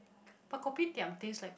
but kopitiam taste like